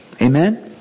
Amen